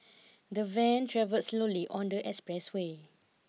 the van travelled slowly on the expressway